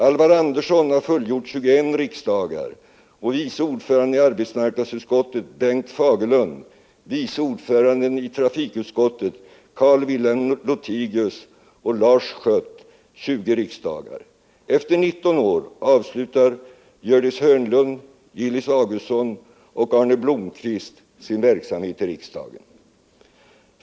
Alvar Andersson har fullgjort 21 riksdagar och vice ordföranden i arbetsmarknadsutskottet Bengt Fagerlund, vice ordföranden i trafikutskottet Carl-Wilhelm Lothigius och Lars Schött 20 riksdagar. Efter 19 år avslutar Gördis Hörnlund, Gillis Augustsson och Arne Blomkvist sin verksamhet i riksdagen.